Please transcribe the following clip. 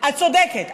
את צודקת,